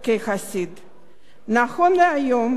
נכון להיום במוזיאון "יד ושם"